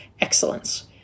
excellence